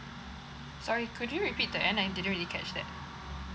sorry could you repeat the end I didn't really catch that